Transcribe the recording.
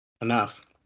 Enough